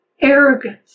arrogance